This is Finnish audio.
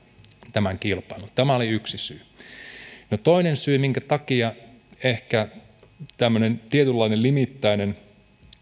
tämän kilpailun tämä oli yksi syy no toinen syy minkä takia on ehkä tämmöinen tietynlainen limittäinen